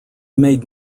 made